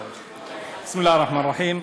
בסם אללה א-רחמאן א-רחים.